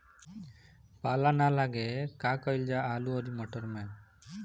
पाला न लागे का कयिल जा आलू औरी मटर मैं?